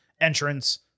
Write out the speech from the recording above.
Entrance